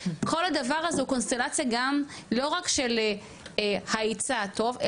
כל הדבר הזה הוא קונסטלציה גם לא רק של ההיצע הטוב,